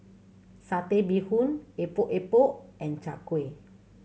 Satay Bee Hoon Epok Epok and Chai Kueh